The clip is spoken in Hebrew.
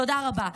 תודה רבה.